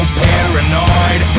paranoid